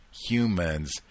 humans